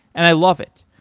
and i love it.